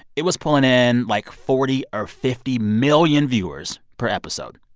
it was pulling in, like, forty or fifty million viewers per episode.